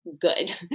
good